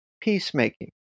peacemaking